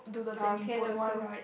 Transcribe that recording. oh can also